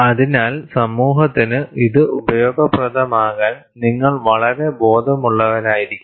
അതിനാൽ സമൂഹത്തിന് ഇത് ഉപയോഗപ്രദമാകാൻ നിങ്ങൾ വളരെ ബോധമുള്ളവരായിരിക്കണം